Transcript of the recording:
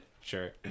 Sure